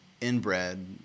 inbred